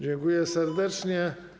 Dziękuję serdecznie.